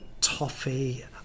Toffee